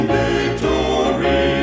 victory